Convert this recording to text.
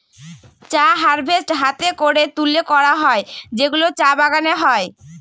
চা হারভেস্ট হাতে করে তুলে করা হয় যেগুলো চা বাগানে হয়